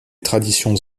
traditions